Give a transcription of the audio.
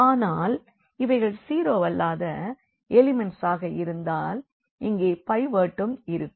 ஆனால் இவைகள் ஜீரோவல்லாத எலிமண்ட்ஸாக இருந்தால் இங்கே பைவோட்டும் இருக்கும்